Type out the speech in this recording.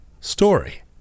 story